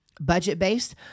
budget-based